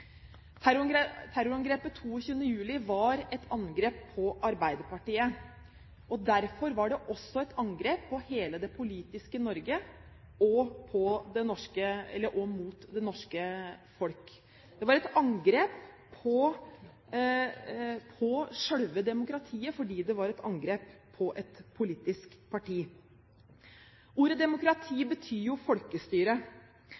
Terrorangrepet 22. juli var et angrep på Arbeiderpartiet. Derfor var det også et angrep på hele det politiske Norge og på det norske folk. Det var et angrep på selve demokratiet fordi det var et angrep på et politisk parti. Ordet